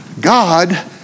God